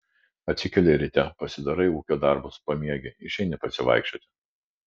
atsikeli ryte pasidarai ūkio darbus pamiegi išeini pasivaikščioti